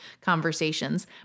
conversations